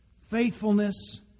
faithfulness